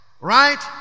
Right